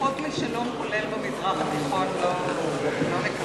פחות משלום כולל במזרח התיכון לא מתקבל.